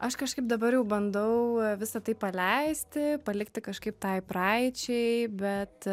aš kažkaip dabar jau bandau visa tai paleisti palikti kažkaip tai praeičiai bet